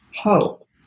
hope